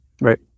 Right